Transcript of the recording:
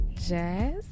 Jazz